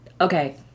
okay